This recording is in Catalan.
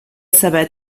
saber